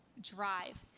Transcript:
drive